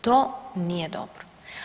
To nije dobro.